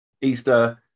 Easter